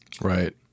Right